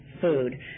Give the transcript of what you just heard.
food